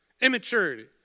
Immaturity